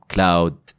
Cloud